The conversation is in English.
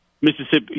Mississippi